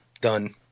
done